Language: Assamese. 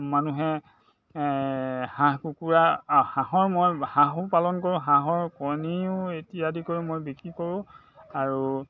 মানুহে হাঁহ কুকুৰা হাঁহৰ মই হাঁহো পালন কৰোঁ হাঁহৰ কণীও ইত্যাদি কৰি মই বিক্ৰী কৰোঁ আৰু